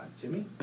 Timmy